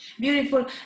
Beautiful